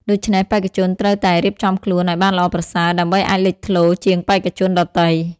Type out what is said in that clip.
ដូច្នេះ បេក្ខជនត្រូវតែរៀបចំខ្លួនឲ្យបានល្អប្រសើរ ដើម្បីអាចលេចធ្លោជាងបេក្ខជនដទៃ។